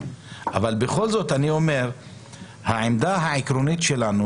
אבל בכל זאת אני אומר שהעמדה העקרונית שלנו